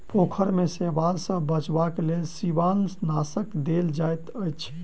पोखैर में शैवाल सॅ बचावक लेल शिवालनाशक देल जाइत अछि